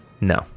No